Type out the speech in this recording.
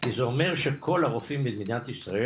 כי זה אומר שכל הרופאים במדינת ישראל